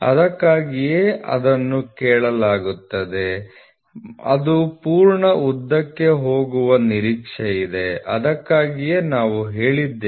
ಅದಕ್ಕಾಗಿಯೇ ಅದನ್ನು ಕೇಳಲಾಗುತ್ತದೆ ಅದು ಪೂರ್ಣ ಉದ್ದಕ್ಕೆ ಹೋಗುವ ನಿರೀಕ್ಷೆಯಿದೆ ಅದಕ್ಕಾಗಿಯೇ ನಾವು ಹೇಳಿದ್ದೇವೆ